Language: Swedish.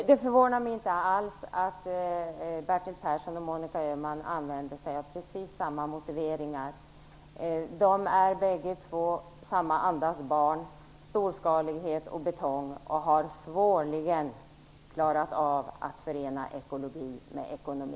Det förvånar mig inte alls att Bertil Persson och Monica Öhman använder sig av precis samma motiveringar; de är samma andas barn, som vill ha storskalighet och betong, och de har svårligen klarat av att förena ekologi med ekonomi.